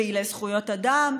פעילי זכויות אדם,